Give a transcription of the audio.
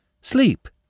Sleep